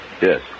Yes